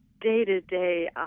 day-to-day